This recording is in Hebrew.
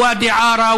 ואדי עארה,